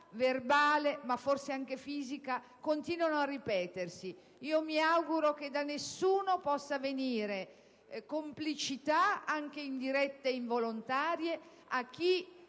verbale, ma forse anche fisica, continuano a ripetersi. Mi auguro che da nessuno possa venire complicità, anche indiretta e involontaria, a chi